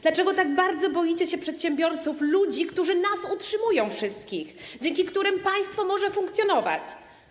Dlaczego tak bardzo boicie się przedsiębiorców, ludzi, którzy nas wszystkich utrzymują, dzięki którym państwo może funkcjonować?